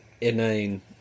inane